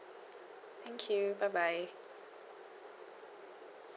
thank you bye bye